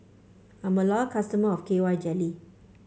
I'm a loyal customer of K Y Jelly